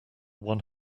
one